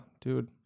Dude